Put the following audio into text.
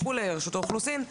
מרשות האוכלוסין,